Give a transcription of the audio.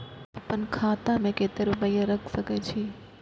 आपन खाता में केते रूपया रख सके छी?